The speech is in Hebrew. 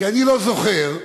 אני לא זוכר,